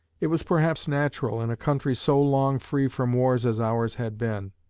it was perhaps natural, in a country so long free from wars as ours had been,